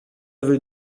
veut